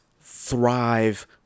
thrive